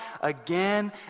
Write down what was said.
again